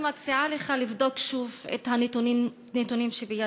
אני מציע לך לבדוק שוב את הנתונים שבידיך.